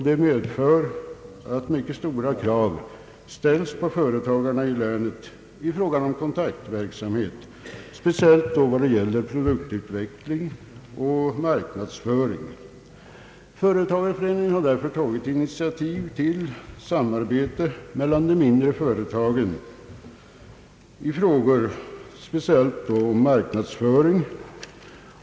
Detta medför att mycket stora krav ställs på företagarna i länet i fråga om kontaktverksamhet, speciellt för produktutveckling och marknadsföring. Företagareföreningen har därför tagit initiativ till samarbete mellan de mindre företagen i fråga om speciellt marknadsföring.